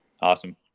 Awesome